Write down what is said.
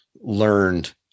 learned